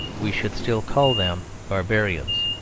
we should still call them barbarians.